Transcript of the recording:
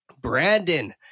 Brandon